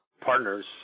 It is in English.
partners